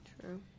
true